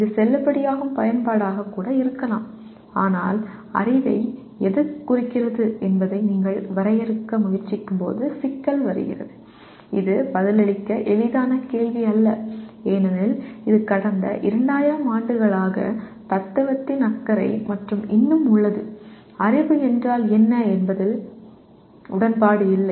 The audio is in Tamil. இது செல்லுபடியாகும் பயன்பாடாக இருக்கலாம் ஆனால் அறிவு எதைக் குறிக்கிறது என்பதை நீங்கள் வரையறுக்க முயற்சிக்கும்போது சிக்கல் வருகிறது இது பதிலளிக்க எளிதான கேள்வி அல்ல ஏனெனில் இது கடந்த 2000 ஆண்டுகளாக தத்துவத்தின் அக்கறை மற்றும் அறிவு என்றால் என்ன என்பதில் சரியாக எது இருக்கிறது உடன்பாடு இல்லை